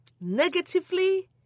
negatively